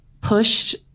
pushed